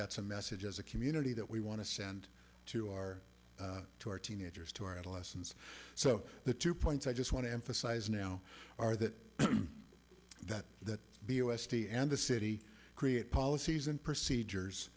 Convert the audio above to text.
that's a message as a community that we want to send to our to our teenagers to our adolescents so the two points i just want to emphasize now are that that that the u s t and the city create policies and procedures